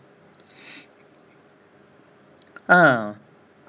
ah